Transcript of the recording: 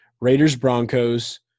Raiders-Broncos